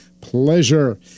pleasure